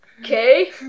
Okay